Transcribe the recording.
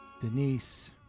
Denise